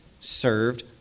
served